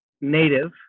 native